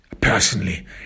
personally